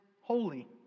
holy